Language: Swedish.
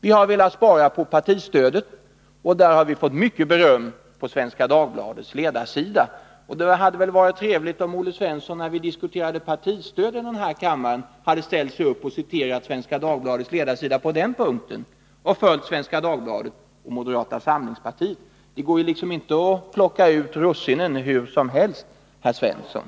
Vi har velat spara på partistödet — och för det förslaget har vi fått mycket beröm på Svenska Dagbladets ledarsida. Det hade varit trevligt om Olle Svensson, när vi diskuterade partistödet här i kammaren, hade ställt sig upp och citerat Svenska Dagbladets ledarsida i frågan och följt Svenska Dagbladet och moderata samlingspartiet. Det går inte att plocka ut russinen hur som helst, herr Svensson.